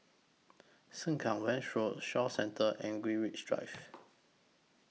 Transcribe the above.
Sengkang West Road Shaw Centre and Greenwich Drive